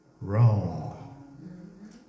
wrong